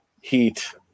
heat